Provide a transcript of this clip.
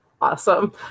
Awesome